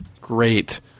great